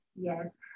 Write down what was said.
Yes